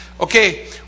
okay